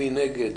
מי נגד?